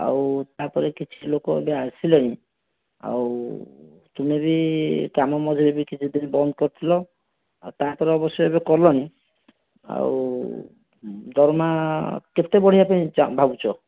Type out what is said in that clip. ଆଉ ତାପରେ କିଛି ଲୋକ ଏବେ ଆସିଲେଣି ଆଉ ତୁମେ ବି କାମ ମଝିରେ ବି କିଛିଦିନ ବନ୍ଦ କରିଥିଲ ତାପରେ ଅବଶ୍ୟ ଏବେ କଲଣି ଆଉ ଦରମା କେତେ ବଢ଼େଇବା ପାଇଁ ଭାବୁଛ